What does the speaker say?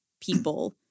people